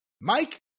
Mike